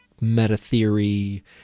meta-theory